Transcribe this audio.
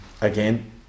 Again